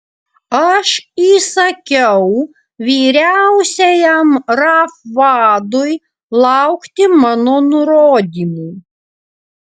aš įsakiau vyriausiajam raf vadui laukti mano nurodymų